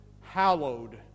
Hallowed